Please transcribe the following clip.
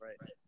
right